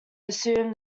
assume